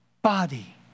body